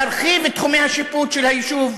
להרחיב את תחומי השיפוט של היישוב.